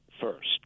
first